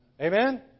Amen